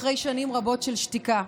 אחרי שנים רבות של שתיקה.